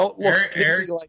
Eric